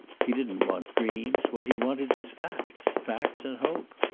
he didn't want dreams what he wanted was facts. facts and hope.